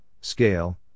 scale